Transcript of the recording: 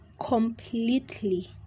completely